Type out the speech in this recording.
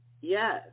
Yes